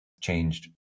changed